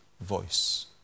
voice